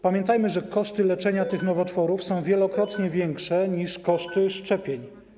Pamiętajmy, że koszty leczenia tych nowotworów są wielokrotnie większe niż koszty szczepień.